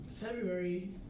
February